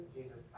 Jesus